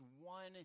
one